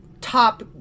top